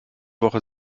woche